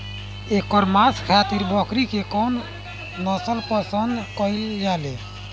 एकर मांस खातिर बकरी के कौन नस्ल पसंद कईल जाले?